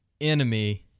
enemy